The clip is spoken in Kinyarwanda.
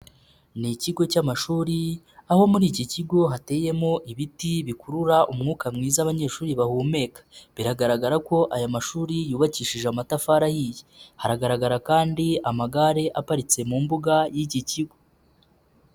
Ni ikigo cy'amashuri aho muri iki kigo hateyemo ibiti bikurura umwuka mwiza abanyeshuri bahumeka, biragaragara ko aya mashuri yubakishije amatafari ahiye, hagaragara kandi amagare aparitse mu mbuga y'iki kigo.